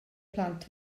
plant